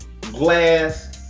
glass